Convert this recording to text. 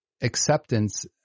acceptance